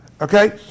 okay